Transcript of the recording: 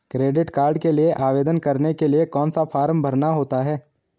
Credit card के लिए आवेदन करने के लिए कौन सा फॉर्म भरना होता है?